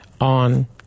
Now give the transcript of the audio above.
on